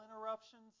interruptions